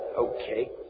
Okay